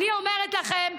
אני אומרת לכם,